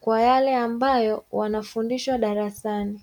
kwa yale ambayo wanafundishwa darasani.